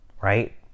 right